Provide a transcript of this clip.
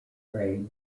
raid